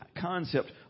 concept